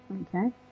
Okay